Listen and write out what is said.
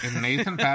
nathan